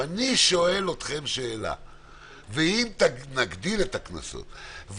אני שואל אתכם שאלה: ואם נגדיל את הקנסות,